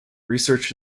research